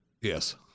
Yes